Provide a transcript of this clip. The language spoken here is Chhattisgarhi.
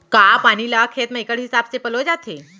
का पानी ला खेत म इक्कड़ हिसाब से पलोय जाथे?